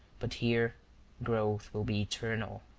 but here growth will be eternal.